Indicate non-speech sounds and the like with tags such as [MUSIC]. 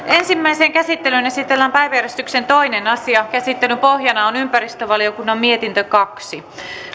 [UNINTELLIGIBLE] ensimmäiseen käsittelyyn esitellään päiväjärjestyksen toinen asia käsittelyn pohjana on ympäristövaliokunnan mietintö kaksi